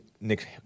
Nick